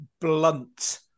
blunt